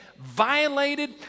violated